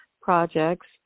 projects